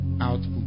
output